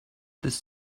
this